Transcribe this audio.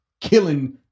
killing